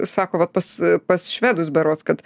sako vat pas pas švedus berods kad